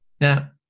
Now